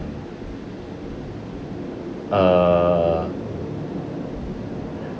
err